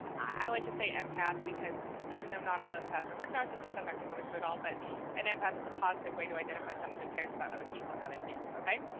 i like to say empath, because even though not all empaths are with a narcissist, i'm not gonna go into it all, but an empath is a positive way to identify someone who cares about other people and how they feel, okay,